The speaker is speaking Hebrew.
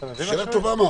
שאלה טובה.